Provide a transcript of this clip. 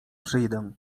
przyjdę